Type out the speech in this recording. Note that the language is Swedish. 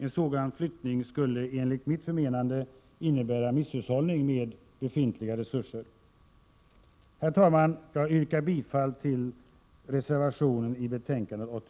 En sådan flyttning skulle enligt mitt förmenande innebära misshushållning med befintliga resurser. Herr talman! Jag yrkar bifall till reservationen till betänkandet.